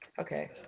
Okay